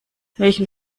welchen